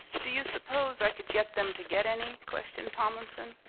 do you suppose i could get them to get any? questioned tomlinson.